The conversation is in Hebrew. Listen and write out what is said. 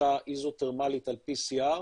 שיטה איזותרמלית על PCR,